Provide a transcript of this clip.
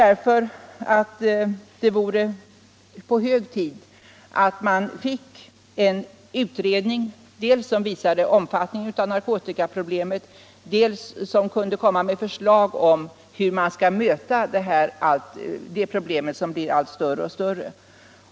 Därför tycker jag det är hög tid att tillsätta en utredning som dels skall klarlägga narkotikaproblemets omfattning, dels lägga fram förslag om hur vi skall möta problemen, som blir allt större och större.